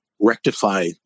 rectify